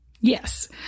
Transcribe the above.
Yes